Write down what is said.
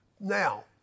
Now